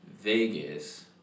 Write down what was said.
Vegas